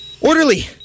Orderly